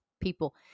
people